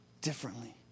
differently